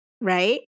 right